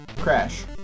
crash